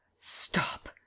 Stop